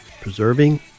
preserving